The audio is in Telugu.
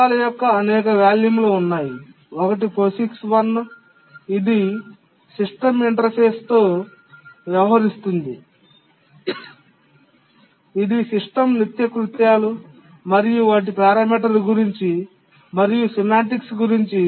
పత్రాల యొక్క అనేక వాల్యూమ్లు ఉన్నాయి ఒకటి POSIX 1 ఇది సిస్టమ్ ఇంటర్ఫేస్తో వ్యవహరిస్తుంది ఇది సిస్టమ్ నిత్యకృత్యాలు మరియు వాటి పారామితుల గురించి మరియు సెమాంటిక్స్ గురించి